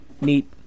Neat